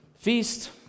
Feast